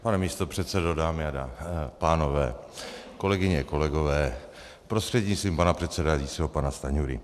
Pane místopředsedo, dámy a pánové, kolegyně, kolegové, prostřednictvím pana předsedajícího panu Stanjurovi.